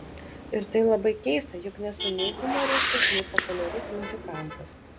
ir tai labai keista juk nesu nei humoristas nei populiarus muzikantas